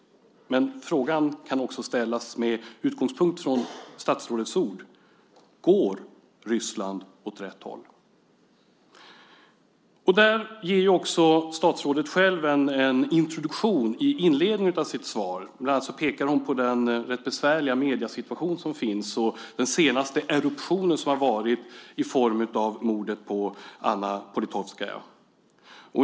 Men frågan kan också ställas med utgångspunkt från statsrådets ord: Går Ryssland åt rätt håll? Där ger också statsrådet själv en introduktion i inledningen av sitt svar. Bland annat pekar hon på den rätt besvärliga mediesituation som finns och den senaste eruptionen som har varit i form av mordet på Anna Politkovskaja.